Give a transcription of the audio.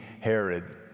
Herod